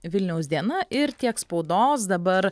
vilniaus diena ir tiek spaudos dabar